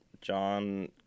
John